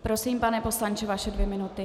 Prosím, pane poslanče, vaše dvě minuty.